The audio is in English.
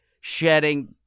shedding